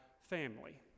family